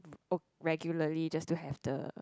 ok~ regularly just to have the